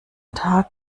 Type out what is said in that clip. tag